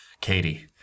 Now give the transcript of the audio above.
Katie